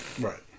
Right